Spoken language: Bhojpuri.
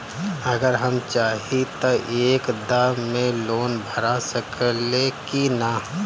अगर हम चाहि त एक दा मे लोन भरा सकले की ना?